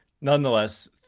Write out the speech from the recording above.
nonetheless